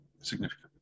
significant